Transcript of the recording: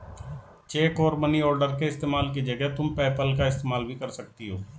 check और money order के इस्तेमाल की जगह तुम पेपैल का इस्तेमाल भी कर सकती हो